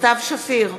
סתיו שפיר,